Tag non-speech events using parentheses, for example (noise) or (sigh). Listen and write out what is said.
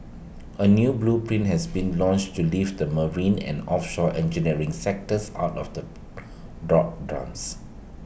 A new blueprint has been launched to lift the marine and offshore engineering sectors out of the (noise) doldrums